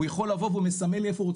הוא יכול לבוא והוא מסמך לי איפה,